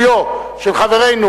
מינוי של חברנו,